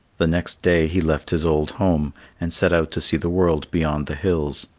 the next day he left his old home and set out to see the world beyond the hills.